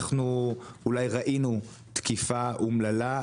אנחנו אולי ראינו תקיפה אומללה,